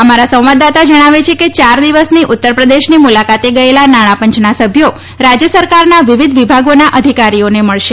અમારા સંવાદદાતા જણાવે છે કે યાર દિવસની ઉત્તરપ્રદેશની મુલાકાતે ગયેલા નાણાંપંચના સભ્યો રાજય સરકારના વિવિધ વિભાગોના અધિકારીઓને મળશે